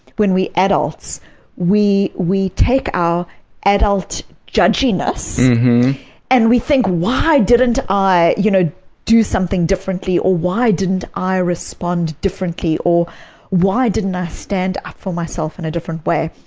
when we're adults we we take our adult judginess and we think, why didn't i you know do something differently? or why didn't i respond differently? or why didn't i stand up for myself in a different way?